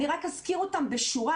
אני רק אזכיר אותם בשורה,